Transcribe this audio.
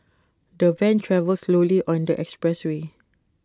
the van travelled slowly on the expressway